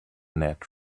ned